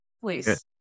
please